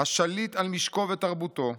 השליט על משקו ותרבותו,